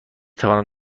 توانم